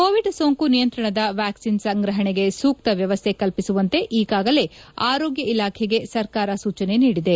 Covid ಸೊಂಕು ನಿಯಂತ್ರಣದ vaccine ಸಂಗ್ರಹಣೆಗೆ ಸೂಕ್ತ ವ್ಯವಸ್ಥೆ ಕಲ್ಪಿಸುವಂತೆ ಈಗಾಗಲೇ ಆರೋಗ್ಯ ಇಲಾಖೆಗೆ ಸರ್ಕಾರ ಸೂಚನೆ ನೀಡಿದೆ